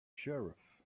sheriff